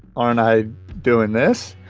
aren't i doing this?